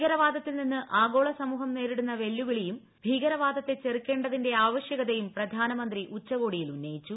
ഭീകരവാദത്തിൽ നിന്ന് ആഗോള സമൂഹം നേരിടുന്ന വെല്ലുവിളിയും ഭീകരവാദത്തെ ചെറുക്കേണ്ടതിന്റെ ആവശ്യകതയും പ്രധാനമന്ത്രി ഉന്നയിച്ചു